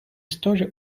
story